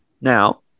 now